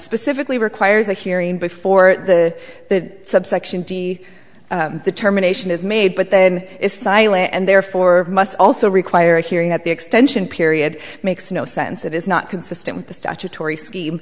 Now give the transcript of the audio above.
specifically requires a hearing before the subsection d determination is made but then is silent and therefore must also require a hearing that the extension period makes no sense it is not consistent with the statutory scheme